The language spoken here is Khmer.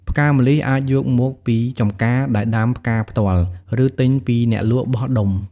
ផ្កាម្លិះអាចយកមកពីចម្ការដែលដាំផ្កាផ្ទាល់ ឬទិញពីអ្នកលក់បោះដុំ។